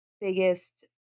biggest